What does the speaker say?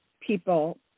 people